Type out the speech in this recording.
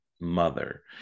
mother